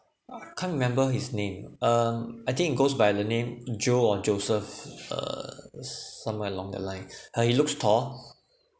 I can't remember his name um I think it goes by the name joe or joseph err somewhere along the line !huh! he looks tall